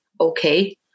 okay